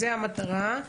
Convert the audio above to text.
זה המטרה.